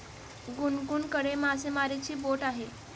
गुनगुनकडे मासेमारीची बोट आहे